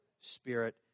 spirit